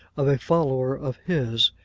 of a follower of his,